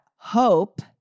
Hope